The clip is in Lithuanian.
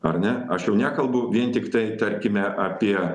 ar ne aš jau nekalbu vien tiktai tarkime apie